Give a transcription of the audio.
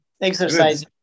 Exercise